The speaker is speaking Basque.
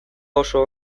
oso